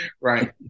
right